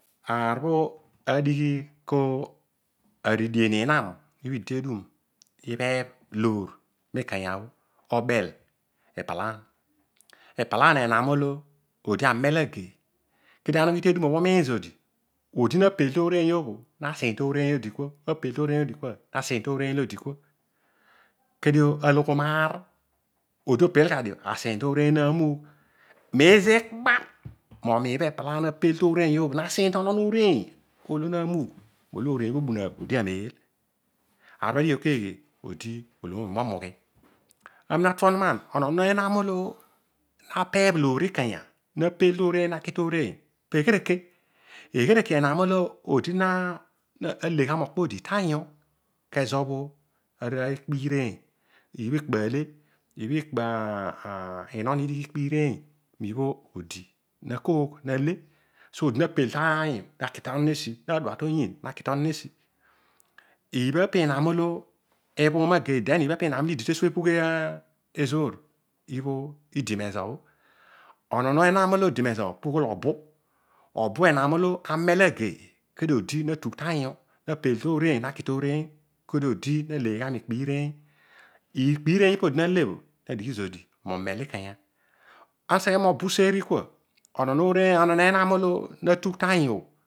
Aar obho adighi ka aridi dien inam ibha ibha idi tedmn ibheh loor ikenya. obel obho ipalaan epalan enaan olo odi amel ageiy kedio ana ughi kedum, odi na pel to orein na siin tooreiy kedio aloghom aar rodi opel ghadio asiin tooreiy lo na mooghe miin ezo ikpar momiin obho odi na siin to onon oreiny olo na mnugh bòbun aagh odi amed. Aar obho adighi õ keeghe, odi oghomio momughi. Owon énam olo aminaabhegh lõor olo na pel tooreiny naki toreimy. Peghereke eghereke enam olo odi na legha mokpo odi tanyu, kezobho ikpo irneiny. ikpo ale, obho odi na le, so odi na pel tanyu naki tanya. na dua to yiin naki to onon esi. iibha pinam olo idi te bhugh ezor. Onon enam olo odi mezo po ughol obu, obiu enam õlo anel ageiy kedio odi na tugh tanyu. na pel toreiny na ki tooreiny kedio odi naleiy gha mikpo ureiny. Ikpo iireiny ipabho odi na le nedighi gha zodi mo mel ikenya. Ana naeghe mobu useeri kua onori enam do na tugh tanyu